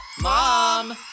Mom